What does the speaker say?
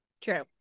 true